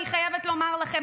אני חייבת לומר לכם,